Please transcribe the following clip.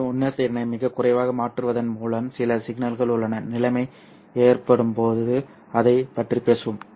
எனவே உணர்திறனை மிகக் குறைவாக மாற்றுவதன் மூலம் சில சிக்கல்கள் உள்ளன நிலைமை ஏற்படும் போது அதைப் பற்றி பேசுவோம்